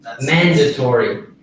mandatory